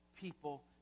people